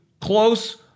Close